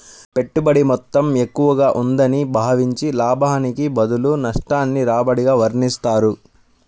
పెట్టుబడి మొత్తం ఎక్కువగా ఉందని భావించి, లాభానికి బదులు నష్టాన్ని రాబడిగా వర్ణిస్తారు